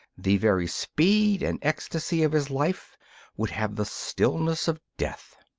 the very speed and ecstasy of his life would have the stillness of death.